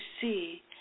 see